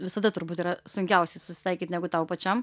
visada turbūt yra sunkiausiai susitaikyt negu tau pačiam